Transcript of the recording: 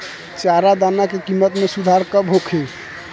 चारा दाना के किमत में सुधार कब होखे?